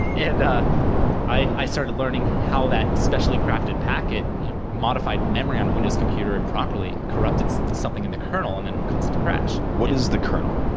and i started learning how that specially crafted packet modified memory on a windows computer and properly corrupted something in the cornel, and then, would cause it to crash. what is the cornel,